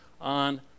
on